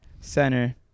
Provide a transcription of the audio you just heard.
Center